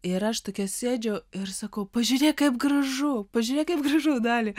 ir aš tokia sėdžiu ir sakau pažiūrėk kaip gražu pažiūrėk kaip gražu dalia